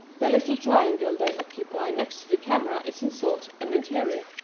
the little triangle they occupy next to the camera is in sort an interior,